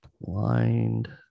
blind